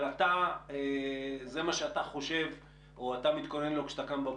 אבל זה מה שאתה חושב או מתכונן לו כשאתה קם בבוקר.